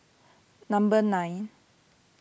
number nine